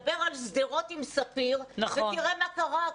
דבר על שדרות עם ספיר ותראה מה קרה שם.